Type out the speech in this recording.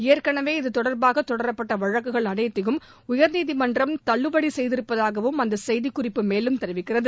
ஏற்கனவே இது தொடர்பாக தொடரப்பட்ட வழக்குகள் அனைத்தையும் உயர்நீதிமன்றம் தள்ளுபடி செய்திருப்பதாகவும் அந்த செய்திக்குறிப்பு மேலும் தெரிவிக்கிறது